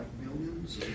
millions